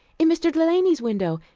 in mr. delany's window.